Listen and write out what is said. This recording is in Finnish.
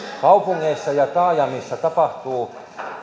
kaupungeissa ja taajamissa tapahtuu